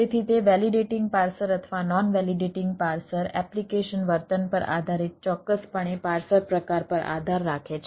તેથી તે validating parser અથવા નોન વેલિડેટિંગ પાર્સર એપ્લિકેશન વર્તન પર આધારિત ચોક્કસપણે પાર્સર પ્રકાર પર આધાર રાખે છે